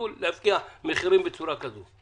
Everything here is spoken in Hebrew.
להפקיע מחירים בתקופה כזאת.